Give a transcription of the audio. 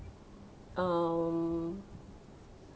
um